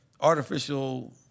artificial